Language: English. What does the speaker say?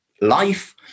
life